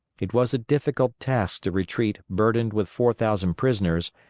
it was a difficult task to retreat burdened with four thousand prisoners,